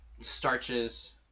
starches